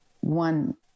one